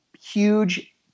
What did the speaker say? huge